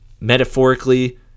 metaphorically